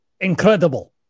Incredible